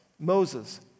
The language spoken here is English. Moses